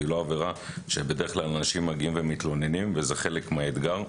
היא לא עבירה שבדרך כלל אנשים מגיעים ומתלוננים וזה חלק מהאתגר.